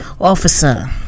officer